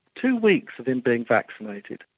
two weeks of him being vaccinated.